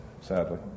sadly